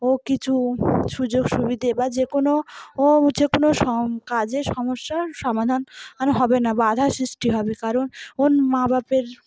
ও কিছু সুযোগ সুবিধে বা যে কোনো ও যে কোনো সম কাজে সমস্যার সমাধান হবে না বাধার সৃষ্টি হবে কারণ ওর মা বাাপের